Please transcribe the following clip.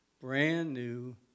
brand-new